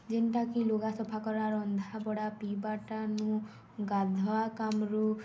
ଯେନ୍ଟାକି ଲୁଗା ସଫା କରା ରନ୍ଧା ବଢ଼ା ପିଇବାର୍ଠାନୁ ଗାଧୁଆ କାମ୍ରୁ